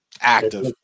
Active